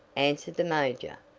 answered the major,